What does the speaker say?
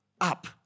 up